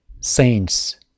saints